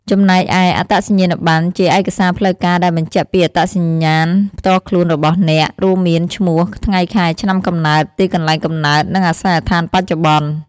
ចំណែកឯ អត្តសញ្ញាណប័ណ្ណ ជាឯកសារផ្លូវការដែលបញ្ជាក់ពីអត្តសញ្ញាណផ្ទាល់ខ្លួនរបស់អ្នក រួមមាន ឈ្មោះ ថ្ងៃខែឆ្នាំកំណើត ទីកន្លែងកំណើត និងអាសយដ្ឋានបច្ចុប្បន្ន។